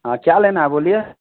हँ क्या लेना है बोलिए